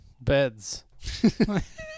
beds